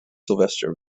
sylvester